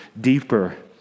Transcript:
deeper